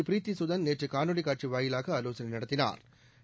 பிரித்தி சுதன் நேற்று காணொலி காட்சி வாயிலாக ஆலோசனை நடத்தினாா்